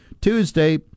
Tuesday